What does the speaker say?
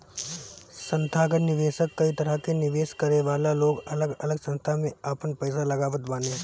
संथागत निवेशक कई तरह के निवेश करे वाला लोग अलग अलग संस्था में आपन पईसा लगावत बाने